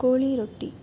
ಕೋಳಿ ರೊಟ್ಟಿ